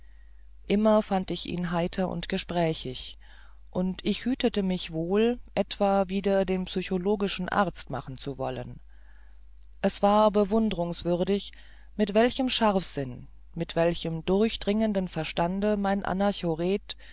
immer fand ich ihn heiter und gesprächig und ich hütete mich wohl etwa wieder den psychologischen arzt machen zu wollen es war bewundrungswürdig mit welchem scharfsinn mit welchem durchdringenden verstande mein anachoret